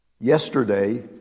Yesterday